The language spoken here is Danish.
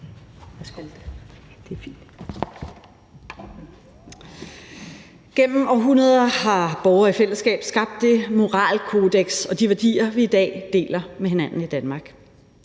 Gennem århundreder har borgere i fællesskab skabt det moralkodeks og de værdier, vi i dag deler med hinanden i Danmark.